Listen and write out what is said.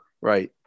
Right